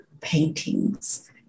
paintings